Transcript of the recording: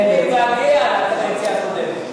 מתגעגע לקדנציה הקודמת.